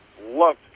loved